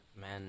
Man